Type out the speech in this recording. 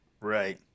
Right